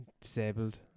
Disabled